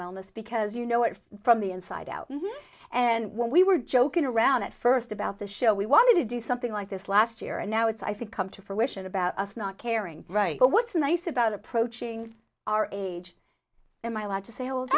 wellness because you know it from the inside out and when we were joking around at first about the show we wanted to do something like this last year and now it's i think come to fruition about us not caring right but what's nice about approaching our age in my l